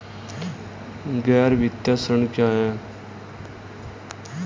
गैर वित्तीय ऋण क्या है?